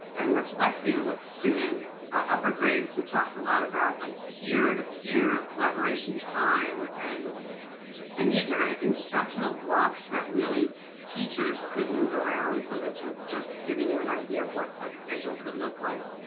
and reflecting with students. upper grades we talked a lot about like peer to peer collaboration time. and and these are instructional blocks that really teachers could move around. so this is just giving you an idea of what a schedule could look like.